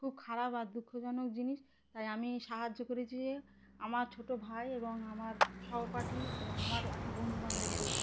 খুব খারাপ আর দুঃখজনক জিনিস তাই আমি সাহায্য করেছি যে আমার ছোট ভাই এবং আমার সহপাঠী এবং আমার অনেক বন্ধুবান্ধবদের